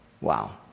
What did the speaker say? Wow